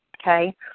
okay